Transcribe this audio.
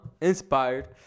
Inspired